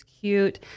cute